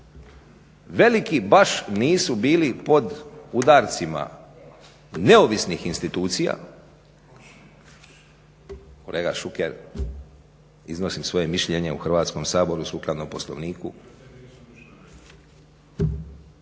Veliki baš nisu bili pod udarcima neovisnih institucija, kolega Šuker iznosim svoje mišljenje u Hrvatskom saboru sukladno Poslovniku.